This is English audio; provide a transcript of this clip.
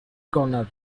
corner